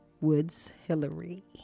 Woods-Hillary